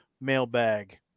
mailbag